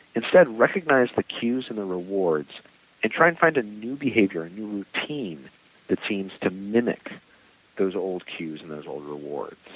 instead recognize the cues and the rewards and try and find a new behavior, a routine that seems to mimic those old cues and those old rewards